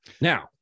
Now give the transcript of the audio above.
Now